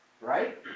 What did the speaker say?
Right